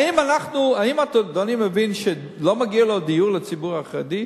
האם אדוני מבין שלא מגיע דיור לציבור החרדי?